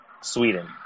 Sweden